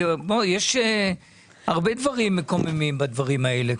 בוא, יש הרבה דברים מקוממים בדברים האלה.